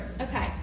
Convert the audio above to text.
Okay